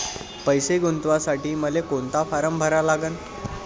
पैसे गुंतवासाठी मले कोंता फारम भरा लागन?